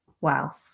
wow